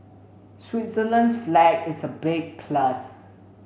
Switzerland's flag is a big plus